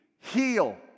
heal